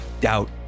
doubt